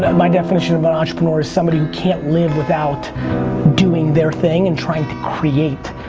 my definition of an entrepreneur is somebody who can't live without doing their thing and trying to create,